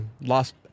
lost